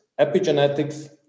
epigenetics